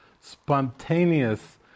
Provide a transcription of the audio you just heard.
spontaneous